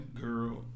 girl